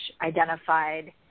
identified